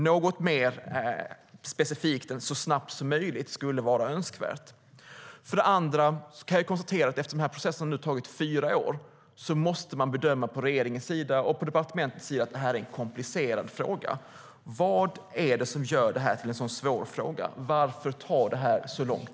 Något mer specifikt än "så snabbt som möjligt" vore önskvärt. För det andra: Eftersom processen hittills har tagit fyra år måste regeringen och departementet bedöma att det är en komplicerad fråga. Vad är det som gör det till en sådan svår fråga? Varför tar det så lång tid?